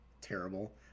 terrible